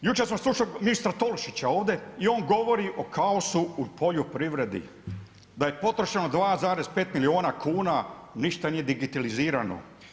Jučer sam slušao mistera Tolušića ovdje i on govori o kaosu u poljoprivredi, da je potrošeno 2,5 milijuna kuna, ništa nije digitalizirano.